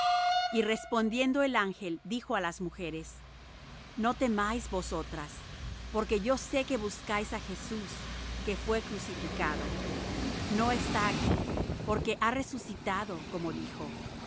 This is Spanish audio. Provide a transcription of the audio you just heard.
y respondiendo el ángel dijo á las mujeres no temáis vosotras porque yo sé que buscáis á jesús que fué crucificado no está aquí porque ha resucitado como dijo